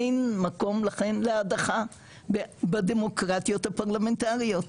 אין מקום לכן להדחה בדמוקרטיות הפרלמנטריות.